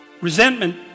Resentment